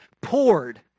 poured